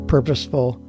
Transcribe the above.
purposeful